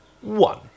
One